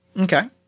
Okay